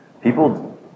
people